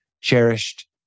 cherished